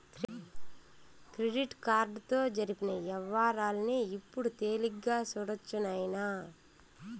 credit కార్డుతో జరిపిన యవ్వారాల్ని ఇప్పుడు తేలిగ్గా సూడొచ్చు నాయనా